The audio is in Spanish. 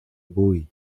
guy